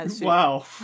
Wow